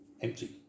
empty